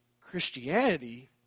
Christianity